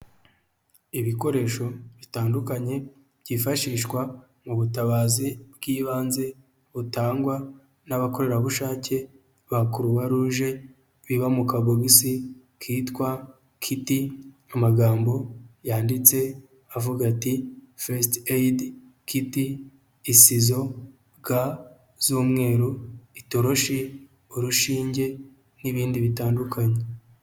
Ibikoresho bitandukanye byifashishwa mu butabazi bw'ibanze butangwa n'abakorerabushake ba kuruwaruje, biba mu kabogisi kitwa kiti, amagambo yanditse avuga ati :fesiti eyidi kiti ,isizo, ga z'umweru, itoroshi ,urushinge n'ibindi bitandukanye.